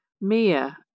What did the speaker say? Mia